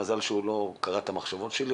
מזל שהוא לא קרא את המחשבות שלי,